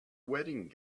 wedding